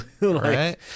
Right